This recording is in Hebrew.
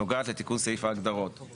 נוגעת לתיקון סעיף ההגדרות,